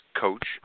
coach